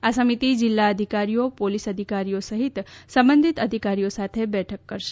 આ સમિતિ જિલ્લા અધિકારીઓ પોલીસ અધિકારીઓ સહિત સંબંધિત અધિકારીઓ સાથે બેઠક કરશે